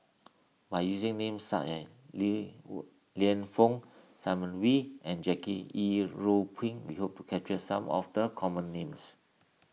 by using names as Li Lienfung Simon Wee and Jackie Yi Ru Pin we hope to capture some of the common names